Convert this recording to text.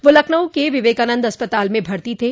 वह लखनऊ के विवेकानन्द अस्पताल में भर्ती थे